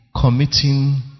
committing